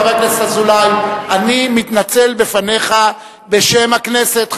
חבר הכנסת אזולאי, אני מתנצל בפניך בשם הכנסת.